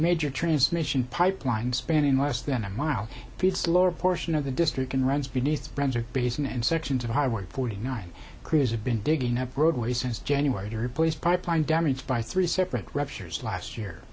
major transmission pipeline spanning less than a mile beats the lower portion of the district and runs beneath bronzer basin and sections of highway forty nine crews have been digging up roadways since january to replace pipeline damaged by three separate ruptures last year